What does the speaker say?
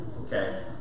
Okay